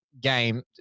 game